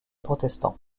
protestants